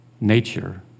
nature